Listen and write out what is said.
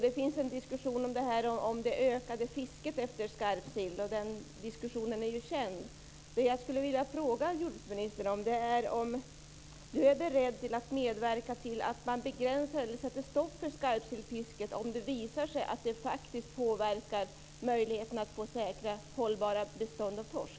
Det finns en diskussion om det ökade fisket efter skarpsill, och den diskussionen är känd. Det jag skulle vilja fråga är om jordbruksministern är beredd att medverka till att man begränsar eller sätter stopp för skarpsillfisket om det visar sig att det påverkar möjligheten att få säkra, hållbara bestånd av torsk.